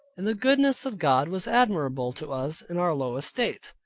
and the goodness of god was admirable to us in our low estate,